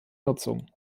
nutzung